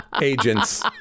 agents